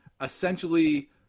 Essentially